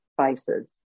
spaces